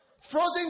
frozen